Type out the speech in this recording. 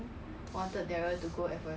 siao eh